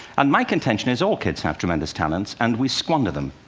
and my contention is, all kids have tremendous talents, and we squander them,